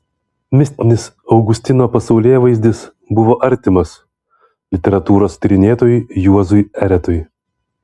mistinis augustino pasaulėvaizdis buvo artimas literatūros tyrinėtojui juozui eretui